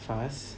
fast